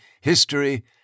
history